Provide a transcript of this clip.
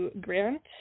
Grant